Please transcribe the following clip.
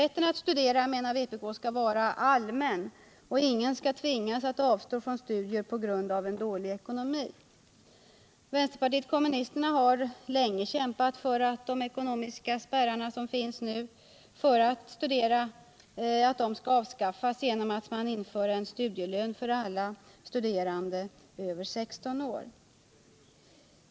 Vi menar att rätten att studera skall vara allmän och att ingen skall tvingas avstå från studier på grund av dålig ekonomi. Vpk har länge kämpat för att nuvarande ekonomiska spärrar för att studera skall avskaffas genom att man inför studielön för alla över 16 år.